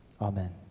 Amen